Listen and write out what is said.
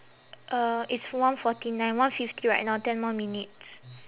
uh it's one forty nine one fifty right now ten more minutes